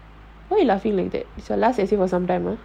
why you laughing like that it's your last essay for some time ah